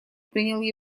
принял